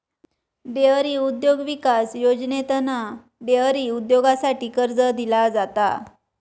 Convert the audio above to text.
dairy उद्योग विकास योजनेतना डेअरी उद्योगासाठी कर्ज दिला जाता